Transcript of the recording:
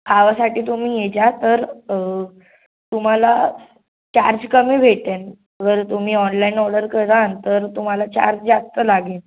खावासाठी तुम्ही येजा तर तुम्हाला चार्ज कमी भेटेन वर तुम्ही ऑनलाईन ऑर्डर करान तर तुम्हाला चार्ज जास्त लागेन